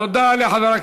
תודה לחבר,